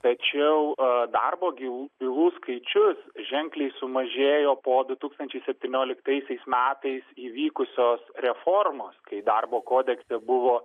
tačiau darbo gilų bylų skaičius ženkliai sumažėjo po du tūkstančiai septynioliktaisiais metais įvykusios reformos kai darbo kodekse buvo